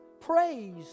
praise